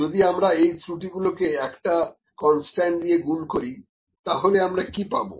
যদি আমরা এই ত্রুটি গুলোকে একটা কনস্ট্যান্ট দিয়ে গুন করি তাহলে আমরা কি পাব